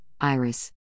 Iris